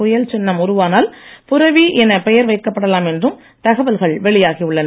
புயல் சின்னம் உருவானால் புரெவி என பெயர் வைக்கப்படலாம் என்றும் தகவல்கள் வெளியாகி உள்ளன